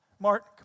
Mark